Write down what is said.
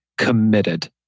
committed